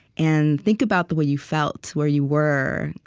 and think about the way you felt, where you were,